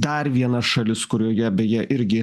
dar viena šalis kurioje beje irgi